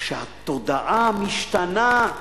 שהתודעה משתנה,